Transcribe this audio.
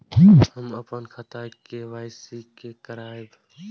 हम अपन खाता के के.वाई.सी के करायब?